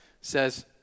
says